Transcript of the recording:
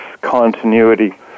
continuity